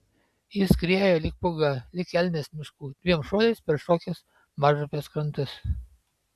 jis skriejo lyg pūga lyg elnias miškų dviem šuoliais peršokęs mažupės krantus